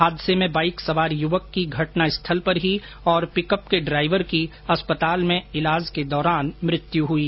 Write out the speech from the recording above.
हादसे में बाइक सवार युवक की घटना स्थल पर ही और पिकअप के ड्राइवर की अस्पताल में इलाज के दौरान मौत हो गई